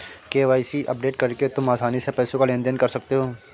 KYC update करके तुम आसानी से पैसों का लेन देन कर सकते हो